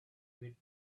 with